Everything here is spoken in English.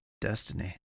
destiny